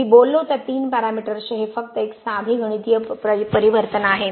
मी बोललो त्या तीन पॅरामीटर्सचे हे फक्त एक साधे गणितीय परिवर्तन आहे